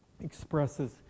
expresses